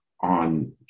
on